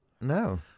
No